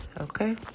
Okay